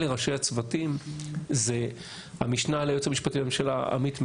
אלה ראשי הצוותים: המשנה ליועץ המשפטי לממשלה עמית מררי,